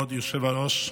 כבוד היושב-ראש,